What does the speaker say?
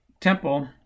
Temple